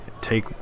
take